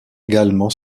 également